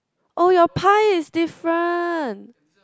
oh your pie is different